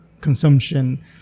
consumption